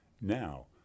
Now